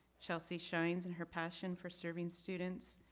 chelsea shines and her passion for serving students,